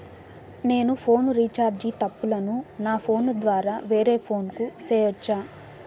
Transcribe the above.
నేను phone recharge తప్పులను నా ఫోను ద్వారా వేరే ఫోను కు సేయొచ్చా?